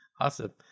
Awesome